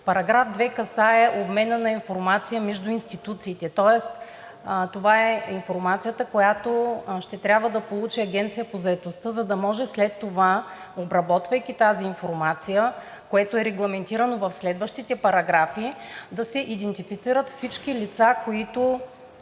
Параграф 2 касае обмена на информация между институциите, тоест това е информацията, която ще трябва да получи Агенцията по заетостта, за да може след това, обработвайки тази информация, което е регламентирано в следващите параграфи, да се идентифицират всички лица, които